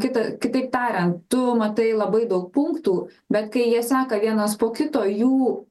kita kitaip tariant tu matai labai daug punktų bet kai jie seka vienas po kito jų